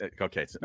okay